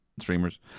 streamers